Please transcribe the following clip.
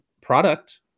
product